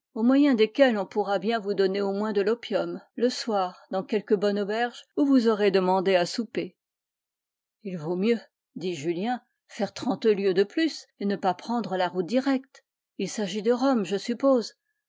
au moyen desquels on pourra bien vous donner au moins de l'opium le soir dans quelque bonne auberge où vous aurez demandé à souper il vaut mieux dit julien faire trente lieues de plus et ne pas prendre la route directe il s'agit de rome je suppose